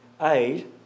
Aid